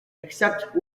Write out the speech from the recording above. except